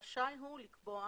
רשאי הוא לקבוע